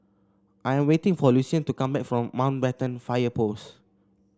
I'm waiting for Lucien to come back from Mountbatten Fire Post